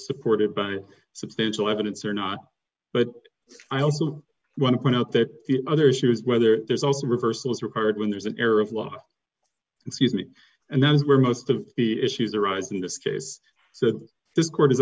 supported by substantial evidence or not but i also want to point out that the other issue is whether there's also reversals repaired when there's an error of law excuse me and that is where most of the issues arise in this case so that this court is